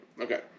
Okay